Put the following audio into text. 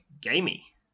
gamey